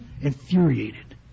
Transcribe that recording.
infuriated